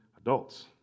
adults